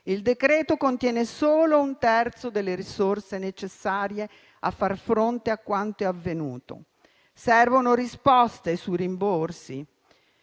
Il decreto contiene solo un terzo delle risorse necessarie a far fronte a quanto è avvenuto. Servono risposte sui rimborsi,